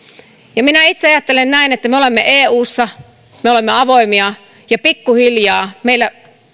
ja minä itse ajattelen näin että me olemme eussa me olemme avoimia ja pikkuhiljaa meillä